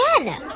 again